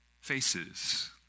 faces